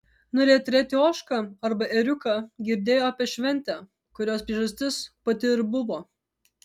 norėjo turėti ožką arba ėriuką girdėjo apie šventę kurios priežastis pati ir buvo